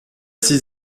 six